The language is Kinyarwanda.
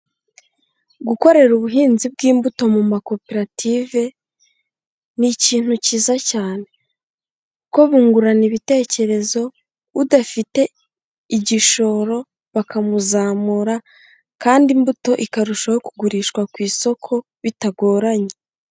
Gukorera ubuhinzi bw'imbuto mu makoperative ni ikintu cyiza cyane, ko bungurana ibitekerezo udafite igishoro bakamuzamura kandi imbuto ikarushaho kugurishwa ku isoko bitagoranye.